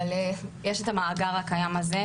אבל יש במאגר הקיים הזה,